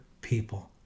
people